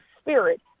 spirit